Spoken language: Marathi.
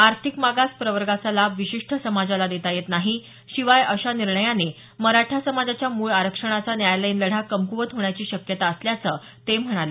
आर्थिक मागास प्रवर्गाचा लाभ विशिष्ट समाजाला देता येत नाही शिवाय अशा निर्णयाने मराठा समाजाच्या मूळ आरक्षणाचा न्यायालयीन लढा कमक्वत होण्याची शक्यता असल्याचं ते म्हणाले